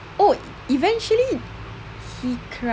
oh eventually he cried